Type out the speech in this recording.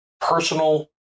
personal